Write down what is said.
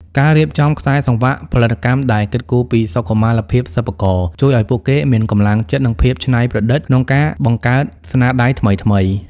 ការរៀបចំខ្សែសង្វាក់ផលិតកម្មដែលគិតគូរពីសុខុមាលភាពសិប្បករ ជួយឱ្យពួកគេមានកម្លាំងចិត្ត និងភាពច្នៃប្រឌិតក្នុងការបង្កើតស្នាដៃថ្មីៗ។